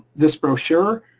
this brochure,